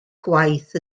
gwaith